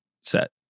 set